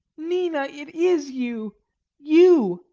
nina! it is you you!